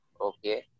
okay